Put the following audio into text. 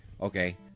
Okay